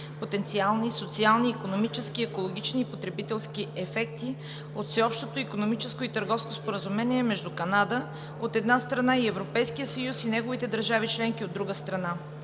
„Потенциални, социални, икономически и екологични потребителски ефекти от всеобщото икономическо и търговско споразумение между Канада, от една страна, и Европейския съюз и неговите държави–членки, от друга страна“.